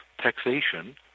taxation